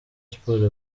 sports